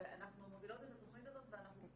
אנחנו מובילות את התוכנית הזאת.